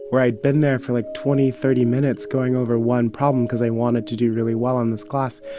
where i'd been there for, like, twenty, thirty minutes going over one problem because i wanted to do really well in this class.